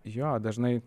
jo dažnai